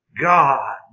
God